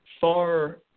far